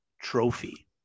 trophy